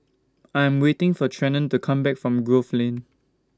I Am waiting For Trenton to Come Back from Grove Lane